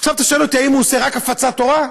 עכשיו, אתה שואל אותי: האם הוא עושה רק הפצת תורה?